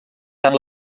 tant